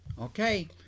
Okay